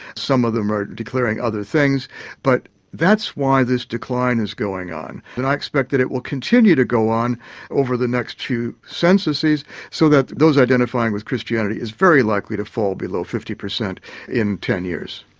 some of them are declaring other things but that's why this decline is going on. and i expect that it will continue to go on over the next few censuses so that those identifying with christianity is very likely to fall below fifty percent in ten years.